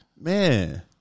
Man